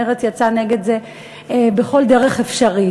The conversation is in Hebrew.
מרצ יצאה נגד זה בכל דרך אפשרית.